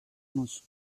nos